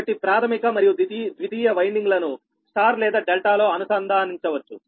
కాబట్టి ప్రాధమిక మరియు ద్వితీయ వైండింగ్లను స్టార్ లేదా డెల్టాలో అనుసంధానించవచ్చు